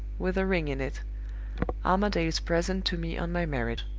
with a ring in it armadale's present to me on my marriage.